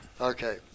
Okay